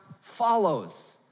follows